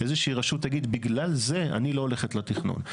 איזושהי רשות תגיד שבגלל זה היא לא הולכת לתכנון.